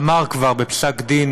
כבר אמר בפסק-דין